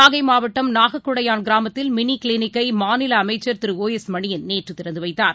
நாகைமாவட்டம் நாகக்குடையான் கிராமத்தில் மினிகிளினிக்கைமாநிலஅமைச்சர் திரு ஒ எஸ் மணியன் நேற்றுதிறந்துவைத்தார்